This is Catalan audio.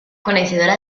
coneixedora